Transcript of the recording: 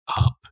up